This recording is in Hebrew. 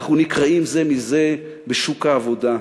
אנחנו נקרעים זה מזה בשוק העבודה.